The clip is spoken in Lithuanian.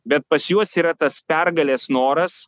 bet pas juos yra tas pergalės noras